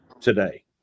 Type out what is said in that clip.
today